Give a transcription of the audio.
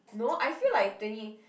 no I feel like twenty